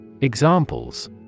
Examples